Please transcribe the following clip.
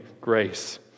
grace